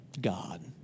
God